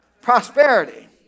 prosperity